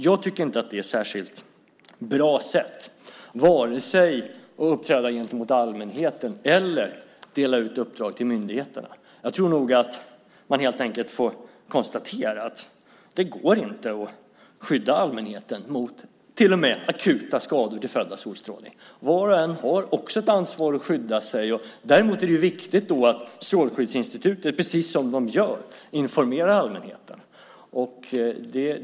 Jag tycker inte att det är ett särskilt bra sätt vare sig att uppträda gentemot allmänheten eller att dela ut uppdrag till myndigheterna. Man får nog helt enkelt konstatera att det inte går att skydda allmänheten mot till och med akuta skador till följd av solstrålning. Var och en har också ett ansvar att skydda sig. Däremot är det viktigt att Strålskyddsinstitutet - precis som de gör - informerar allmänheten.